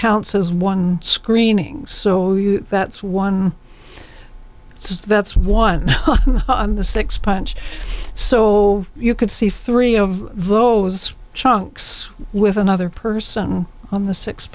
counts as one screening so that's one that's one on the six punch so you could see three of those chunks with another person on the six